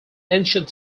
ancient